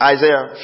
Isaiah